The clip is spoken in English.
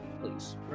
please